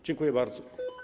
Dziękuję bardzo.